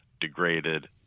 degraded